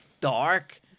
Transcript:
dark